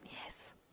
Yes